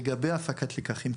לגבי הפקת לקחים,